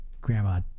grandma